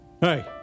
Hey